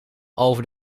over